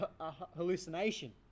hallucination